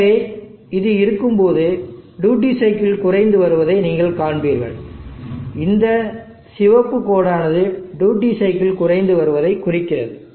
எனவே இது இருக்கும்போது டியூட்டி சைக்கிள் குறைந்து வருவதை நீங்கள் காண்பீர்கள் இந்த சிவப்பு கோடானது டியூட்டி சைக்கிள் குறைந்து வருவதை குறிக்கிறது